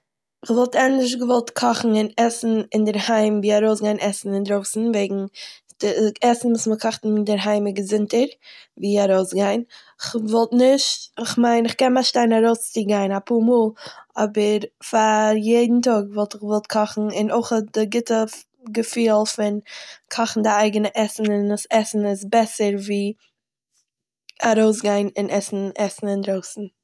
כ'וואלט ענדערש געוואלט קאכן און עסן אינדערהיים ווי ארויסגיין עסן אינדרויסן, וועגן די עסן וואס מ'קאכט אינדערהיים איז געזונטער ווי ארויסגיין. כ'וואלט נישט- כ'מיין, איך קען באשטיין ארויסצוגיין א פאר מאל אבער פאר יעדן טאג וואלט איך געוואלט קאכן און אויכ'עט די גוטע געפיל פון קאכן די אייגענע עסן און דאס עסן איז בעסער ווי ארויסגיין און עסן, עסן אינדרויסן